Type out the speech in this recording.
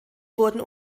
wurden